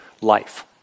life